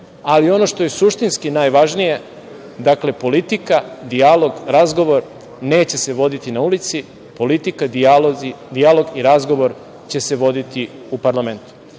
ali ono što je suštinski najvažnije, dakle, politika, dijalog, razgovor neće se voditi na ulici, politika, dijalog i razgovor će se voditi u parlamentu. Naravno